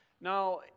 Now